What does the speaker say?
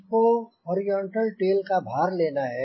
उसको horizontal tail का भार लेना है